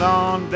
on